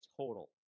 total